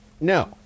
No